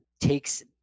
takes